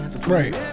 Right